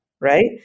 right